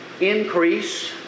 increase